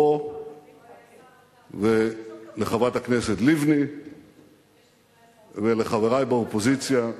לו ולחברת הכנסת לבני ולחברי באופוזיציה: